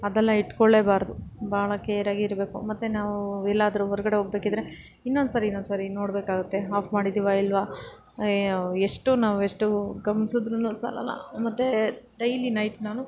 ಅದೆಲ್ಲ ಇಟ್ಕೊಳ್ಳೇಬಾರ್ದು ಭಾಳ ಕೇರಾಗಿ ಇರಬೇಕು ಮತ್ತೆ ನಾವು ಎಲ್ಲಾದ್ರೂ ಹೊರ್ಗಡೆ ಹೋಗ್ಬೇಕಿದ್ರೆ ಇನ್ನೊಂದ್ಸರಿ ಇನ್ನೊಂದ್ಸರಿ ನೋಡಬೇಕಾಗುತ್ತೆ ಆಫ್ ಮಾಡಿದ್ದೇವೆ ಇಲ್ವ ಎಷ್ಟು ನಾವೆಷ್ಟು ಗಮನಿಸಿದ್ರೂ ಸಾಲೋಲ್ಲ ಮತ್ತು ಡೈಲಿ ನೈಟ್ ನಾನು